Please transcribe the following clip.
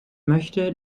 möchte